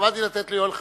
התכוונתי לתת ליואל חסון,